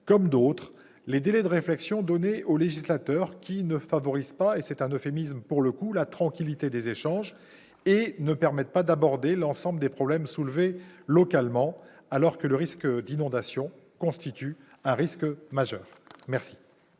comme d'autres, le délai de réflexion laissé au législateur qui, pour le coup, ne favorise pas- c'est un euphémisme ! -la tranquillité des échanges et ne permet pas d'aborder l'ensemble des problèmes soulevés localement, alors que le risque d'inondation constitue un risque majeur. La